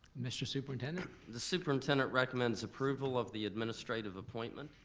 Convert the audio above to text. mr. superintendent? the superintendent recommends approval of the administrative appointment.